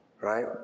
right